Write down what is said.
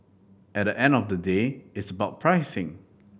at the end of the day it's about pricing